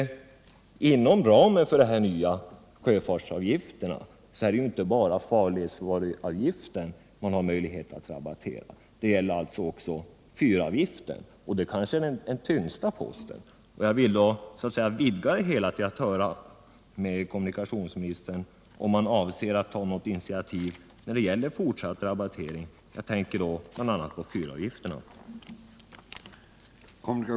Inom ramen för de nya sjöfartsavgifterna är det ju inte bara farledsvaruavgiften som man har möjlighet att rabattera utan också fyravgiften; det är kanske den tyngsta posten. Jag vill då vidga interpellationen och också fråga om kommunikationsministern avser att ta något initiativ när det gäller fortsatt rabattering. Jag tänker alltså bl.a. på fyravgifterna.